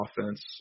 offense